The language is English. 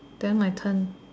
then my turn